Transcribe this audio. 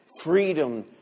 freedom